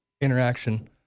interaction